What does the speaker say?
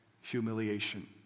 humiliation